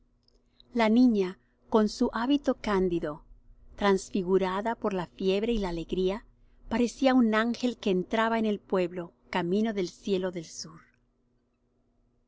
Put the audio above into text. la niña con su hábito cándido transfigurada por la fiebre y la alegría parecía un ángel que entraba en el pueblo camino del cielo del sur